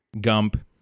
gump